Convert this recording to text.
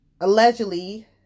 Allegedly